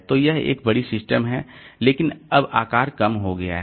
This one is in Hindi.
तो यह एक बड़ी सिस्टम है लेकिन अब आकार कम हो गया है